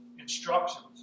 instructions